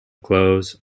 clothes